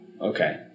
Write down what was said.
Okay